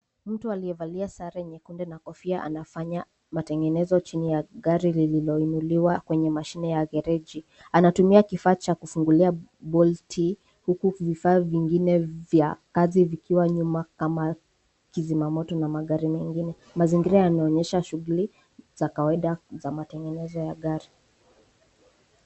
Mtu aliyevalia sare nyekundu na kofia, anafanya matengenezo chini ya gari lililoinuliwa kwenye mashine ya gereji. Anatumia kifaa cha kufungulia bolti, huku vifaa vingine vya kazi vikiwa nyuma kama kizimamoto na magari mengine. Mazingira yanaonyesha shughuli za kawaida za matengenezo ya gari.